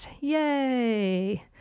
yay